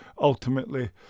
ultimately